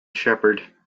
shepherd